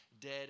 dead